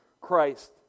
Christ